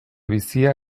bizia